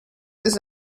ist